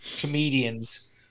comedians